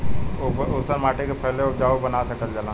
ऊसर माटी के फैसे उपजाऊ बना सकेला जा?